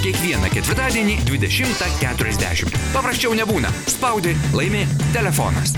kiekvieną ketvirtadienį dvidešimtą keturiasdešimt paprasčiau nebūna spaudi laimi telefonas